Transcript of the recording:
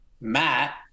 Matt